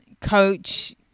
Coach